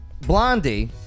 Blondie